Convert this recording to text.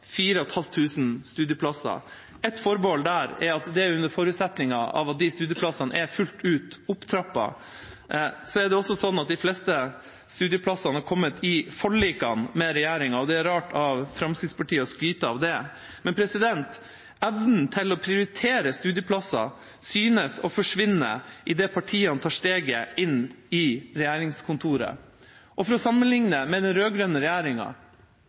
studieplasser. Et forbehold der er at det er under forutsetning av at disse studieplassene er fullt ut opptrappet. Det er også sånn at de fleste studieplassene har kommet i forlikene med regjeringa, og det er rart at Fremskrittspartiet skryter av det. Evnen til å prioritere studieplasser synes å forsvinne idet partiene tar steget inn i regjeringskontorene. For å sammenligne med den rød-grønne regjeringa: